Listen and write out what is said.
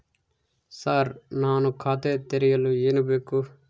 Sir ನಾನು ಖಾತೆ ತೆರೆಯಲು ಏನು ಬೇಕು?